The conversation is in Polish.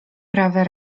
prawe